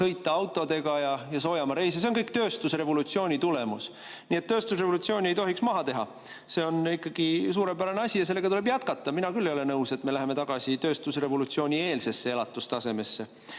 sõita autodega ja [minna] soojamaareisile. See on kõik tööstusrevolutsiooni tulemus. Nii et tööstusrevolutsiooni ei tohiks maha teha. See on ikkagi suurepärane asi ja sellega tuleb jätkata. Mina küll ei ole nõus, et me läheme tagasi tööstusrevolutsioonieelsesse elatustasemesse.